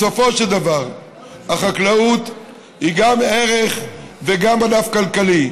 בסופו של דבר החקלאות היא גם ערך וגם ענף כלכלי.